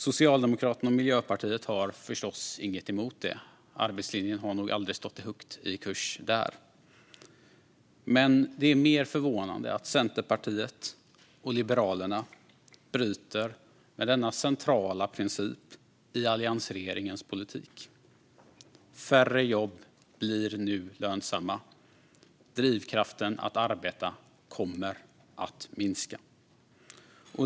Socialdemokraterna och Miljöpartiet har förstås inget emot det; arbetslinjen har nog aldrig stått högt i kurs där. Mer förvånande är att Centerpartiet och Liberalerna bryter med denna centrala princip i alliansregeringens politik. Färre jobb blir nu lönsamma. Drivkraften att arbeta kommer att minska.